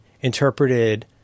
interpreted